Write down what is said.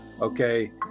okay